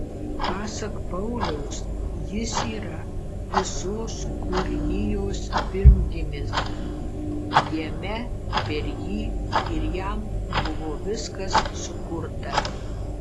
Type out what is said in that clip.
pasak pauliaus jis yra visos kūrinijos pirmgimis jame per jį ir jam buvo viskas sukurta